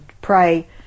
pray